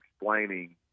explaining